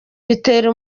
bitera